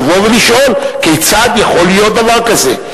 לבוא ולשאול כיצד יכול להיות דבר כזה.